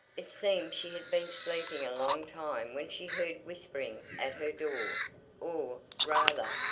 it seemed she had been sleeping a long time when she heard whispering at her door or, rather,